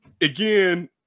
again –